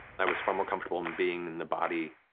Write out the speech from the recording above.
i was far more comfortable in being in the body,